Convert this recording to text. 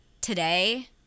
today